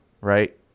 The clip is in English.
right